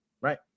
right